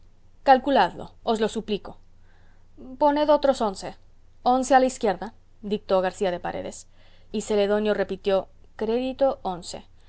calculadlo os lo suplico poned otros once once a la izquierda dictó garcía de paredes y celedonio repitió crédito once